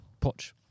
Poch